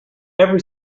every